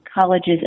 colleges